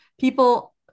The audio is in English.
people